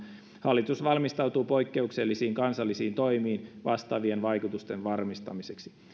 hallitus valmistautuu poikkeuksellisiin kansallisiin toimiin vastaavien vaikutusten varmistamiseksi